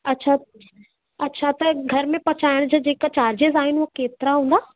अच्छा अच्छा त घर में पहुचाइण जा जेका चार्जिस आहिनि हूअ केतिरा हूंदा